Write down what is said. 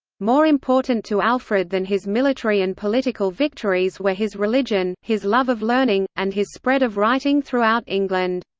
more important to alfred than his military and political victories were his religion, his love of learning, and his spread of writing throughout england.